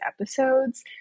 episodes